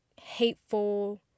hateful